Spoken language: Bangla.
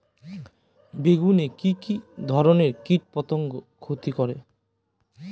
বেগুনে কি কী ধরনের কীটপতঙ্গ ক্ষতি করে?